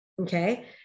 okay